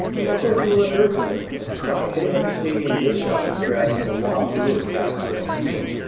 they also through a third team into the mix by hitting up the stadium gift shop and grabbing milwaukee brewers caps to wear in the field,